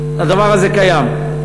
הדבר הזה קיים.